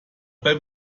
beim